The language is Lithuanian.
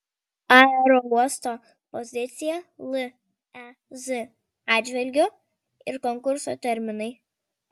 aerouosto pozicija lez atžvilgiu ir konkurso terminai